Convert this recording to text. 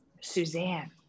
Suzanne